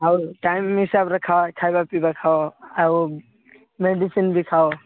ଆଉ ଟାଇମ୍ ହିସାବରେ ଖାଇବା ପିଇବା ଖାଅ ଆଉ ମେଡିସିନ୍ ବି ଖାଅ